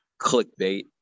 clickbait